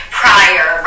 prior